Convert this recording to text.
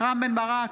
רם בן ברק,